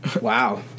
Wow